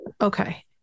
Okay